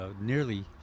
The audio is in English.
nearly